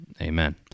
Amen